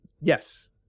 yes